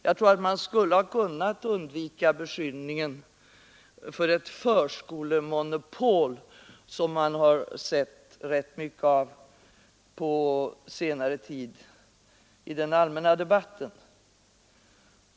Jag tror att man därmed skulle ha kunnat undvika den beskyllning för ett förskolemonopol som man har sett rätt mycket av på senare tid i den allmänna debatten.